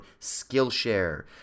Skillshare